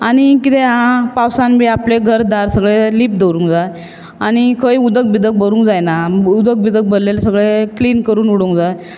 आनीक कितें आहा पावसांत बी आपलें घर दार सगळें लीप दवरूंक जाय आनी खंय उदक बिदक भरूंक जायना आनी उदक बिदक भरलेलें सगळें क्लिन करून उडोवंक जाय